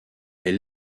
est